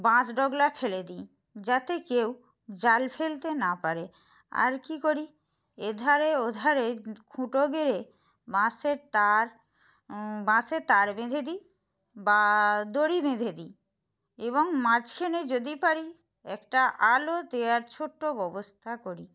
বাঁশ ডগলা ফেলে দিই যাতে কেউ জাল ফেলতে না পারে আর কী করি এধারে ওধারে খুঁটো গেড়ে বাঁশের তার বাঁশের তার বেঁধে দিই বা দড়ি বেঁধে দিই এবং মাঝখেনে যদি পারি একটা আলো দেওয়ার ছোট্ট ব্যবস্থা করি